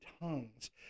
tongues